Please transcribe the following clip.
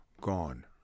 Gone